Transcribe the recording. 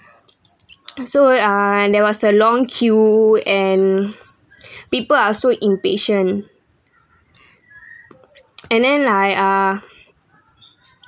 so ah there was a long queue and people are so impatient and then like ah